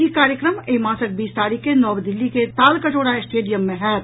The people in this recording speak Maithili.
ई कार्यक्रम एहि मासक बीस तरीख के नव दिल्ली के तालकटोरा स्टेडियम मे होयत